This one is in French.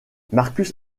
marcus